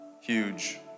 huge